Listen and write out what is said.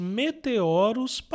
meteoros